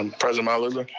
president malauula?